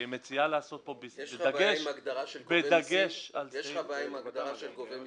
מציעה לעשות פה --- יש לך בעיה עם הגדרה של "גובה מסים"?